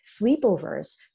sleepovers